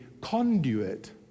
conduit